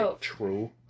true